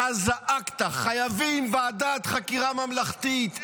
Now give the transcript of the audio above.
אתה זעקת: חייבים ועדת חקירה ממלכתית.